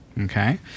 Okay